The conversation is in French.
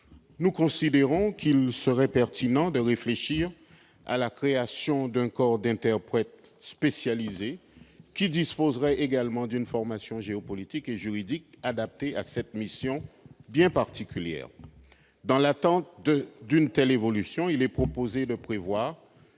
observables, il serait pertinent de réfléchir à la création d'un corps d'interprètes spécialisés, qui disposerait également d'une formation géopolitique et juridique adaptée à cette mission bien particulière. Dans l'attente d'une telle évolution, il est proposé que le